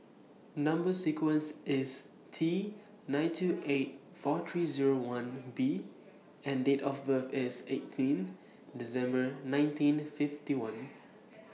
Number sequence IS T nine two eight four three Zero one B and Date of birth IS eighteen December nineteen fifty one